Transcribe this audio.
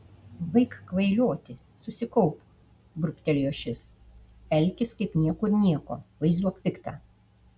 baik kvailioti susikaupk burbtelėjo šis elkis kaip niekur nieko vaizduok piktą